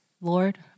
Lord